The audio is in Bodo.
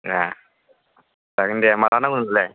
ए' जागोन दे माला नांगौ नोंनोलाय